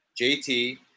JT